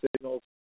signals